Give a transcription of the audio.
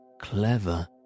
Clever